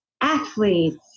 athletes